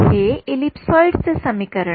हे एलीपसॉइडचे समीकरण आहे